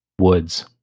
woods